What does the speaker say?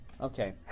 okay